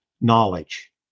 knowledge